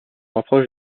rapproche